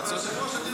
אתה צודק.